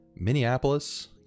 Minneapolis